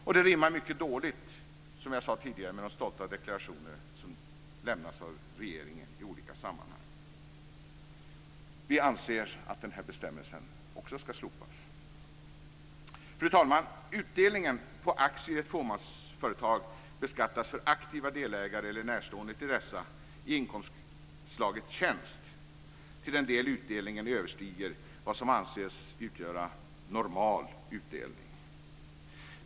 Och det rimmar mycket dåligt, som jag sade tidigare, med de stolta deklarationer som lämnas av regeringen i olika sammanhang. Vi anser att den här bestämmelsen också ska slopas. Fru talman! Utdelningen på aktier i ett fåmansföretag beskattas för aktiva delägare eller närstående till dessa i inkomstslaget tjänst till den del utdelningen överstiger vad som anses utgöra "normal utdelning".